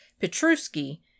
Petruski